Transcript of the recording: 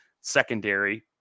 secondary